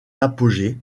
apogée